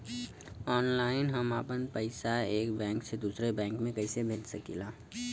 Online हम आपन पैसा एक बैंक से दूसरे बैंक में कईसे भेज सकीला?